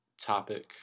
topic